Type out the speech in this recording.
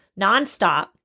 nonstop